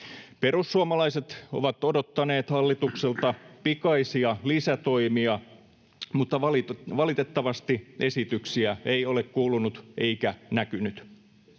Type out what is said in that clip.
Perussuomalaiset ovat odottaneet hallitukselta pikaisia lisätoimia, mutta valitettavasti esityksiä ei ole kuulunut eikä näkynyt.